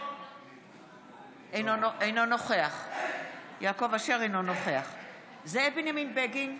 אינו נוכח זאב בנימין בגין,